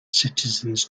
citizens